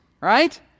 right